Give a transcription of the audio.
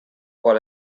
qual